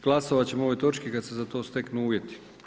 Glasovat ćemo o ovoj točki kada se za to steknu uvjeti.